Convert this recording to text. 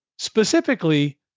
specifically